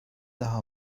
daha